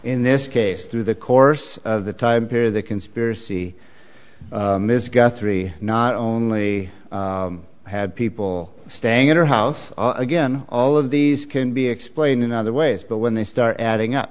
in this case through the course of the time period the conspiracy three not only had people staying at her house again all of these can be explained another way but when they start adding up